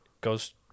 goes